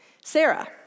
Sarah